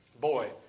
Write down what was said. Boy